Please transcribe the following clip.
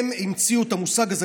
המציאו את המושג הזה,